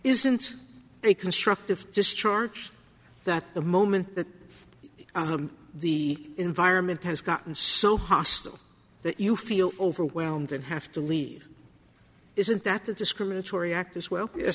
isn't a constructive discharge that the moment that the environment has gotten so hostile that you feel overwhelmed and have to leave isn't that a discriminatory act as well